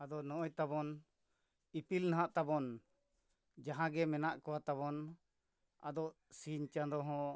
ᱟᱫᱚ ᱱᱚᱜᱼᱚᱸᱭ ᱛᱟᱵᱚᱱ ᱤᱯᱤᱞ ᱱᱟᱦᱟᱜ ᱛᱟᱵᱚᱱ ᱡᱟᱦᱟᱸ ᱜᱮ ᱢᱮᱱᱟᱜ ᱠᱚᱣᱟ ᱛᱟᱵᱚᱱ ᱟᱫᱚ ᱥᱤᱧ ᱪᱟᱸᱫᱚ ᱦᱚᱸ